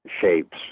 shapes